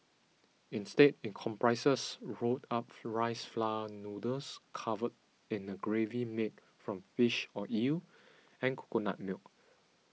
instead it comprises rolled up rice flour noodles covered in a gravy made from fish or eel and coconut milk